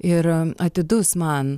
ir atidus man